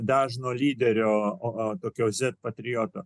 dažno lyderio tokiose patriotu